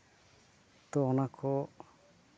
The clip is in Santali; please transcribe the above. ᱛᱚ ᱚᱱᱟ ᱠᱚ